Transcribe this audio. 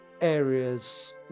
areas